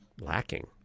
lacking